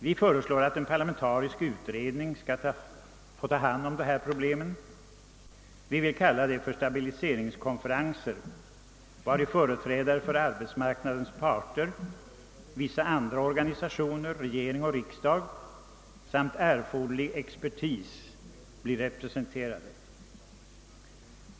Vi föreslår där anordnande av stabiliseringskonferenser, i vilka skulle delta företrädare för arbetsmarknadens parter, vissa andra organisationer, regering och riksdag samt erforderlig expertis.